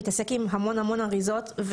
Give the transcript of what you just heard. להתעסק עם המון המון אריזות.